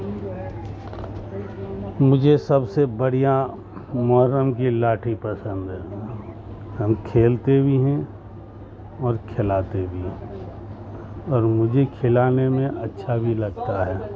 مجھے سب سے بڑھیا محرم کی لاٹھی پسند ہے ہم کھیلتے بھی ہیں اور کھلاتے بھی ہیں اور مجھے کھلانے میں اچھا بھی لگتا ہے